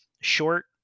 short